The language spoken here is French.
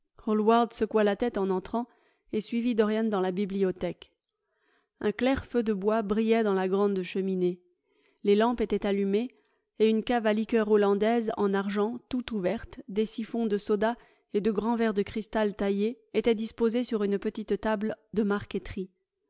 hallward secoua la tête en entrant et suivit dorian dans la bibliothèque un clair feu de bois brillait dans la grande cheminée les lampes étaient allumées et une cave à liqueurs hollandaise en argent tout ouverte des siphons de soda et de grands verres de cristal taillé étaient disposés sur une petite table de marqueterie